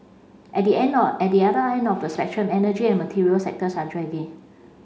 at the end of at the other end of the spectrum energy and material sectors are dragging